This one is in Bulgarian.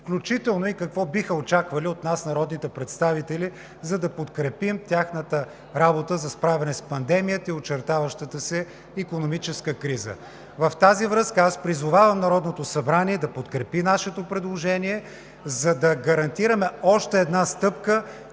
включително и какво биха очаквали от нас, народните представители, за да подкрепим тяхната работа за справяне с пандемията и очертаващата се икономическа криза. В тази връзка аз призовавам Народното събрание да подкрепи нашето предложение, за да гарантираме още една стъпка